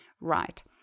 right